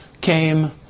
came